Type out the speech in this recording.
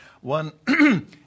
One